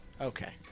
Okay